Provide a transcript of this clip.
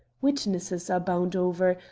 witnesses are bound over,